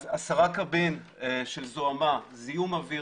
אז עשרה קבין של זוהמה, זיהום אוויר